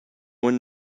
one